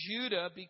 Judah